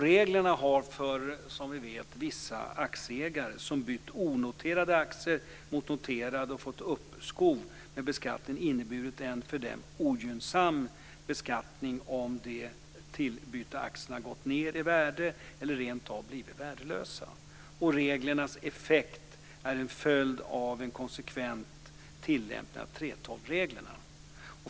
Reglerna har, som vi vet, för vissa aktieägare som bytt onoterade aktier mot noterade och som fått uppskov med beskattningen inneburit en ogynnsam beskattning om de tillbytta aktierna gått ned i värde eller rentav blivit värdelösa. Reglernas effekt är en följd av en konsekvent tillämpning av 3:12 reglerna.